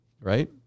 right